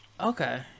Okay